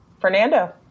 fernando